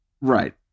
Right